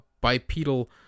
bipedal